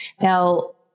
Now